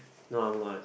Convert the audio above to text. no I'm not